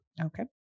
Okay